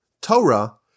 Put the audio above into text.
Torah